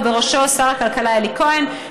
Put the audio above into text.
ובראשו שר הכלכלה אלי כהן,